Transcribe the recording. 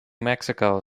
mexico